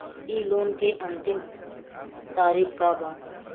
इ लोन के अन्तिम तारीख का बा?